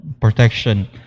protection